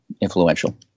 influential